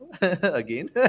again